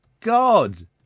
God